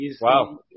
Wow